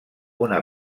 una